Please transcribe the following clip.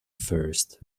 first